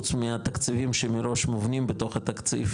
חוץ מתקציבים שמראש מובנים בתוך התקציב,